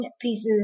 pieces